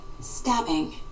Stabbing